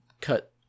cut